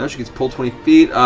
ah gets pulled twenty feet.